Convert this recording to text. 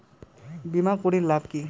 বিমা করির লাভ কি?